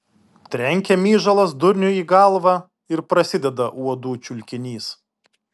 trenkia myžalas durniui į galvą ir prasideda uodų čiulkinys